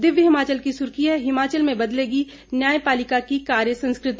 दिव्य हिमाचल की सुर्खी है हिमाचल में बदलेगी न्यायपालिका की कार्य संस्कृति